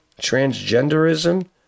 transgenderism